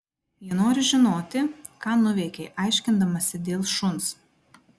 ji nori žinoti ką nuveikei aiškindamasi dėl šuns